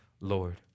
Lord